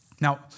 Now